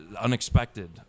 unexpected